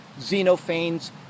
Xenophanes